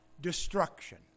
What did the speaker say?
destruction